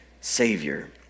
savior